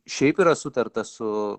šiaip yra sutarta su